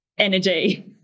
energy